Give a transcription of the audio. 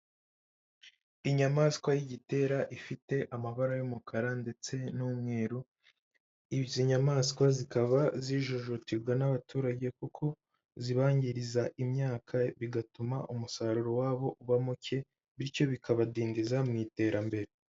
Inyamaswa y'igitera, ifite amabara y'umukara, ndetse n'umweru. Izi nyamaswa zikaba zijujutirwa n'abaturage kuko, zibangiriza imyaka, bigatuma umusaruro wabo uba muke. Bityo bikabadindiza mu iterambere.